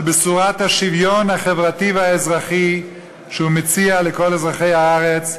על בשורת השוויון החברתי והאזרחי שהוא מציע לכל אזרחי הארץ,